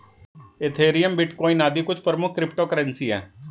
Ethereum, bitcoin आदि कुछ प्रमुख क्रिप्टो करेंसी है